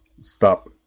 stop